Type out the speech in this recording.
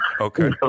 Okay